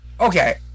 Okay